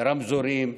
לרמזורים,